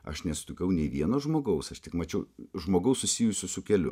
aš nesutikau nei vieno žmogaus aš tik mačiau žmogaus susijusio su keliu